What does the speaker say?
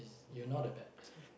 you not a bad person